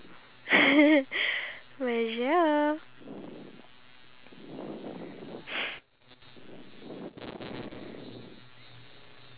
you know actually I wanted to go to mustafa cause mustafa got everything we need to get for the trip tomorrow and like the